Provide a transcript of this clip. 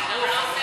אבו מערוף,